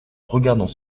regardons